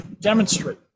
demonstrate